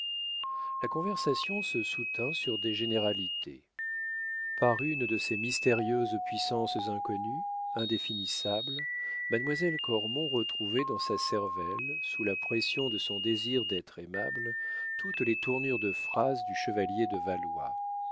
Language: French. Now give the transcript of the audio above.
la conversation se soutint sur des généralités par une de ces mystérieuses puissances inconnues indéfinissables mademoiselle cormon retrouvait dans sa cervelle sous la pression de son désir d'être aimable toutes les tournures de phrases du chevalier de valois